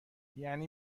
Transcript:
یعنی